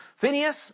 Phineas